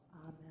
Amen